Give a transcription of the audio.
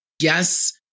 yes